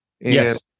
Yes